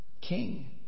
king